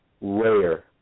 rare